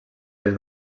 les